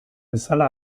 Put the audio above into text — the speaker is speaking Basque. bezala